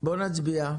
סדר הדברים